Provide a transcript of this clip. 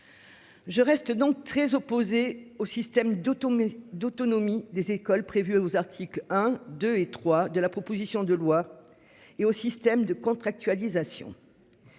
Je reste donc très opposés au système d'auto d'autonomie des écoles prévus aux articles 1 2 et 3 de la proposition de loi et au système de contractualisation.